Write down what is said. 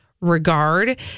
regard